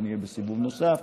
נהיה בסיבוב נוסף,